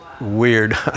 weird